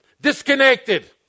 disconnected